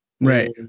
right